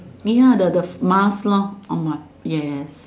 ya the the mask lor on my yes